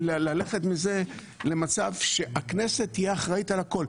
מזה מצב שהכנסת תהיה אחראית על הכול,